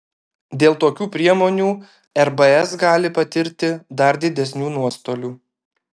dėl tokių priemonių rbs gali patirti dar didesnių nuostolių